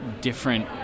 different